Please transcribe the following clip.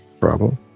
Problem